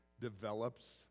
develops